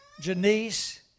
Janice